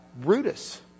Brutus